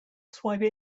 swipe